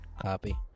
Copy